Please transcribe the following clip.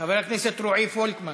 חבר הכנסת רועי פולקמן.